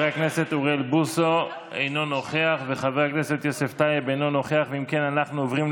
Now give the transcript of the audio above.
אני נוכח ואני מוותר.